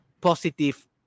positive